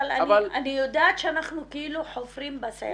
אבל אני יודעת שאנחנו כאילו חופרים בסלע.